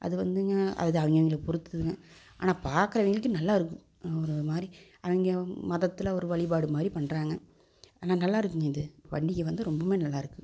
அது வந்துங்க அது அவங்க அவங்கள பொறுத்ததுங்க ஆனால் பார்க்கறவிங்களுக்கு நல்லா இருக்கும் ஒரு மாதிரி அவங்க மதத்தில் ஒரு வழிபாடு மாதிரி பண்ணுறாங்க ஆனால் நல்லாருக்குங்க இது பண்டிகை வந்து ரொம்பவுமே நல்லா இருக்கும்